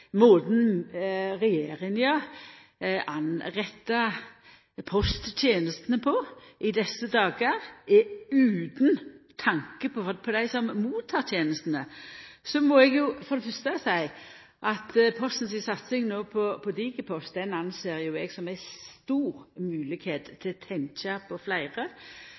måten regjeringa organiserer posttenestene i desse dagar på, er utan tanke for dei som tek imot tenestene. Då må eg for det fyrste seia at Posten si satsing på Digipost ser eg på som ei stor moglegheit til å tenkja på fleire